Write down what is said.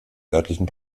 örtlichen